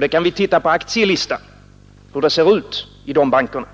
Vi kan se på aktielistan hur det ser ut i de bankerna.